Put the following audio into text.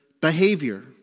behavior